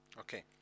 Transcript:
Okay